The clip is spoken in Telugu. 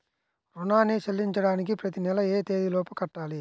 రుణాన్ని చెల్లించడానికి ప్రతి నెల ఏ తేదీ లోపు కట్టాలి?